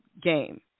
game